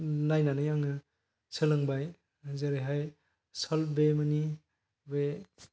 नायनानै आङो सोलोंबाय जेरैहाय सल्ट बे माने